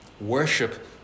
Worship